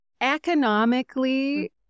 economically